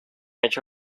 hecho